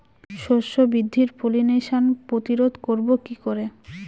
শস্য বৃদ্ধির পলিনেশান প্রতিরোধ করব কি করে?